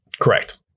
Correct